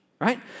right